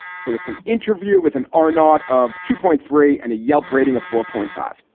so it's an interview with an r, not of two point three and a yelp rating of four point five.